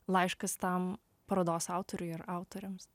laiškas tam parodos autoriui ir autoriams